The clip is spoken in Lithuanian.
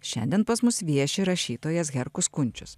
šiandien pas mus vieši rašytojas herkus kunčius